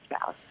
spouse